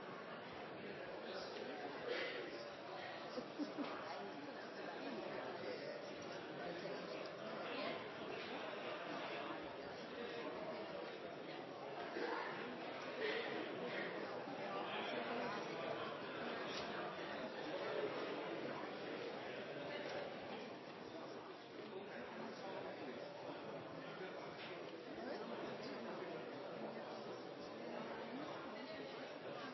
essensen i